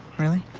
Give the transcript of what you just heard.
really?